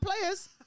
players